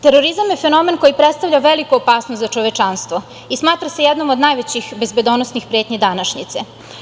Terorizam je fenomen koji predstavlja veliku opasnost za čovečanstvo i smatra se jednom od najvećih bezbednosnih pretnji današnjice.